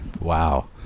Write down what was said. wow